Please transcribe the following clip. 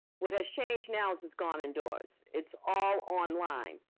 what has changed now is it's gone indoors. it's all online.